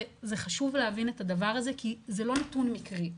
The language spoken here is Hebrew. חשוב להבין את הדבר הזה כי זה לא נתון מקרי,